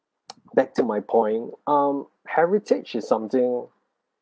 back to my point um heritage is something